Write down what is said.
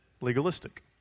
legalistic